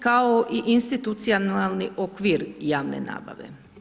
Kao i institucionalnih okvir javne nabave.